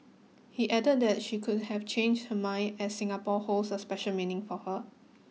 he added that she could have changed her mind as Singapore holds a special meaning for her